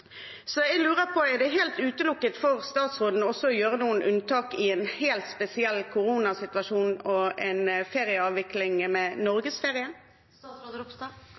Så jeg lurer på: Er det helt utelukket for statsråden også å gjøre noen unntak i en helt spesiell koronasituasjon og en ferieavvikling med